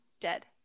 Dead